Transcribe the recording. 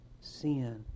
Sin